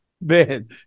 man